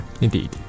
Indeed